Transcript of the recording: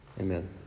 Amen